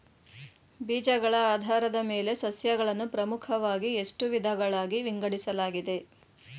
ಬೀಜಗಳ ಆಧಾರದ ಮೇಲೆ ಸಸ್ಯಗಳನ್ನು ಪ್ರಮುಖವಾಗಿ ಎಷ್ಟು ವಿಧಗಳಾಗಿ ವಿಂಗಡಿಸಲಾಗಿದೆ?